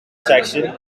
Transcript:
section